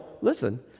listen